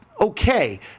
Okay